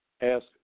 Ask